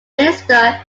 minister